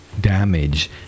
damage